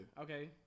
Okay